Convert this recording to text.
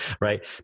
right